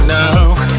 now